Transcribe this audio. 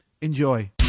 Enjoy